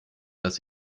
dass